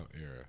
era